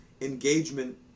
engagement